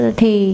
thì